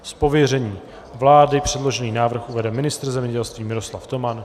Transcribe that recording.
Z pověření vlády předložený návrh uvede ministr zemědělství Miroslav Toman.